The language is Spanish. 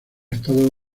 estados